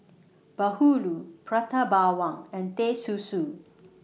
Bahulu Prata Bawang and Teh Susu